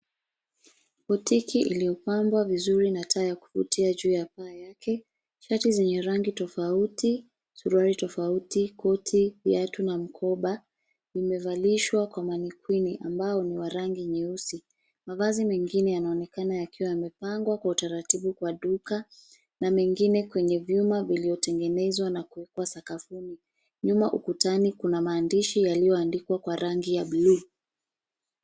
Botiki iliyo pangwa vizuri na taa ya kuvutia juu ya paa yake. Shati zenye rangi tofauti, suruali tofauti, koti, viatu na mkoba vimevalishwa kwa manekwini ambao ni wa rangi nyeusi. Mavazi mengine yanaonekana yakiwa yamepangwa kwa utaratibu kwa duka na mengine kwenye vyuma viliotengenezwa na kuwekwa sakafuni. Nyuma ukutani kuna maandishi yaliondikwa kwa rangi ya blue .